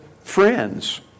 friends